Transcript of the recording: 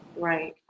Right